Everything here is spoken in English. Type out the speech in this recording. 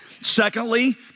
Secondly